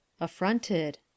Affronted